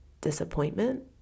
disappointment